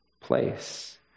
place